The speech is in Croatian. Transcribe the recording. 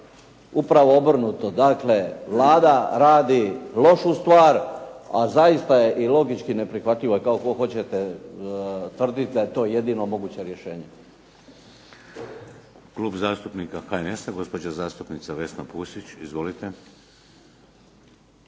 Upravo obrnuto, dakle Vlada radi lošu stvari a zaista je i logički neprihvatljivo i kako hoćete tvrditi da je to jedino moguće rješenje. **Šeks, Vladimir (HDZ)** Klub zastupnika HNS-a gospođa zastupnica Vesna Pusić. Izvolite.